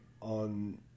on